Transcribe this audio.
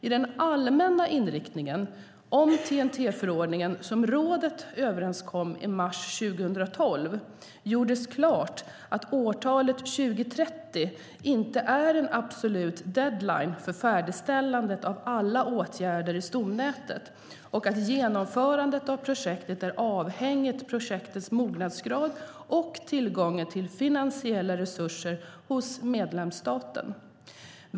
I den allmänna inriktning om TEN-T-förordningen som rådet överenskom i mars 2012 gjordes klart att årtalet 2030 inte är en absolut deadline för färdigställande av alla åtgärder i stomnätet och att genomförandet av projekt är avhängigt projektens mognadsgrad och tillgången till finansiella resurser hos medlemsstaten.